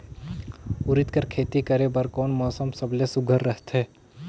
उरीद कर खेती करे बर कोन मौसम सबले सुघ्घर रहथे?